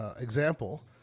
example